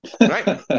right